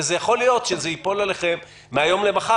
יכול להיות שזה ייפול עליכם מהיום למחר